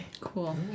cool